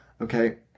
Okay